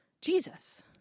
jesus